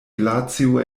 glacio